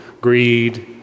greed